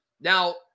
Now